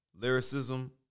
lyricism